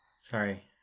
sorry